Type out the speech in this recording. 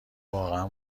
واقعا